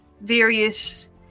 various